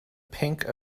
pink